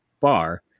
bar